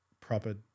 proper